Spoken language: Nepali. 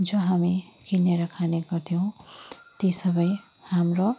जो हामी किनेर खाने गर्थ्यौँ ती सबै हाम्रो